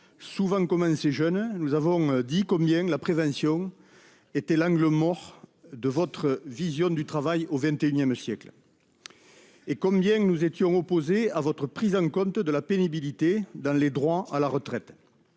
souvent commencée jeune, nous avons rappelé combien la prévention était l'angle mort de votre vision du travail au XXI siècle et combien nous étions opposés à vos modalités de prise en compte de la pénibilité dans le calcul des droits à la retraite.